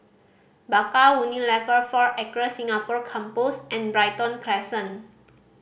Bakau Unilever Four Acres Singapore Campus and Brighton Crescent